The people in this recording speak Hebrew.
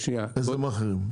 איזה מאכערים?